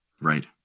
Right